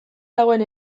dagoen